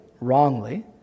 wrongly